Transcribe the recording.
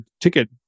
ticket